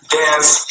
dance